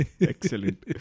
excellent